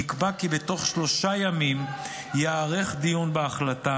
נקבע כי בתוך שלושה ימים ייערך דיון בהחלטה